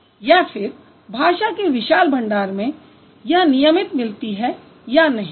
या फिर भाषा के विशाल भंडार में यह नियमित मिलती है या नहीं